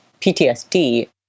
PTSD